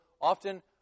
often